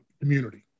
community